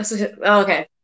Okay